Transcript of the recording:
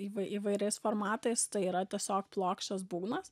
įv įvairiais formatais tai yra tiesiog plokščias būgnas